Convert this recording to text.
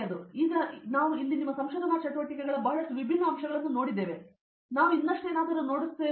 ಆದ್ದರಿಂದ ಈಗ ನಾವು ಇಲ್ಲಿ ನಿಮ್ಮ ಸಂಶೋಧನಾ ಚಟುವಟಿಕೆಗಳ ಬಹಳಷ್ಟು ವಿಭಿನ್ನ ಅಂಶಗಳನ್ನು ನೋಡಿದ್ದೇವೆ ನಾವು ಇನ್ನಷ್ಟು ಏನಾದರೂ ನೋಡುತ್ತೇವೋ